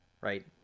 Right